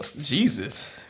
Jesus